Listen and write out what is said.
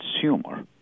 consumer